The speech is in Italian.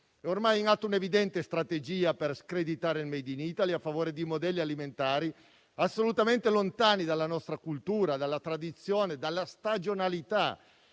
ormai in atto un'evidente strategia per screditare il *made in Italy* a favore di modelli alimentari assolutamente lontani dalla nostra cultura, dalla tradizione, dalla stagionalità